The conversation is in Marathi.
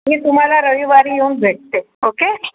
मी तुम्हाला रविवारी येऊन भेटते ओके